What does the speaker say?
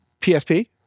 PSP